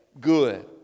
good